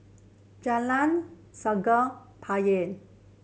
Jalan Sungei Poyan